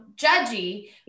judgy